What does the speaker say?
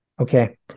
okay